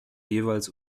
jeweils